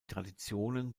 traditionen